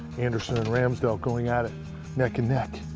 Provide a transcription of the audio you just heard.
anderson and ramsdell going at it neck and neck.